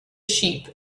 sheep